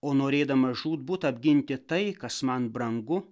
o norėdamas žūtbūt apginti tai kas man brangu